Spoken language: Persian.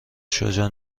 شجاع